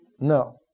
No